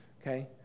okay